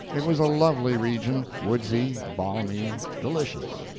it was a lovely region, woodsy, balmy, delicious,